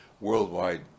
worldwide